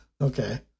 Okay